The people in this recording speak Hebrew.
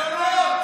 עלינו אתה מדבר?